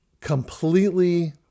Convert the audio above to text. completely